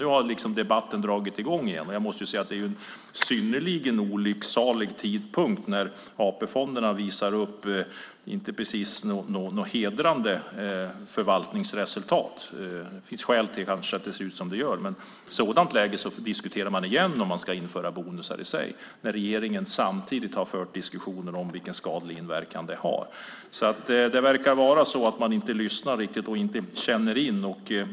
Nu har debatten dragit i gång igen, och jag måste säga att det är en synnerligen olycksalig tidpunkt när AP-fonderna inte visar upp några precis hedrande förvaltningsresultat. Det kanske finns skäl till att det ser ut som det gör. Men i ett sådant läge diskuterar man igen om man ska införa bonusar, samtidigt som regeringen har fört diskussioner om vilken skadlig inverkan de har. Det verkar vara så att man inte riktigt lyssnar och känner in.